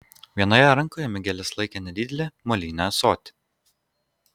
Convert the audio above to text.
vienoje rankoje migelis laikė nedidelį molinį ąsotį